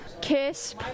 kiss